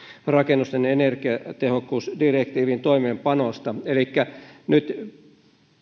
rakennusten energiatehokkuusdirektiivin toimeenpanosta elikkä nyt